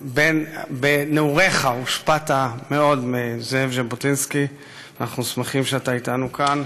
בנעוריך הושפעת מאוד מזאב ז'בוטינסקי ואנחנו שמחים שאתה אתנו כאן,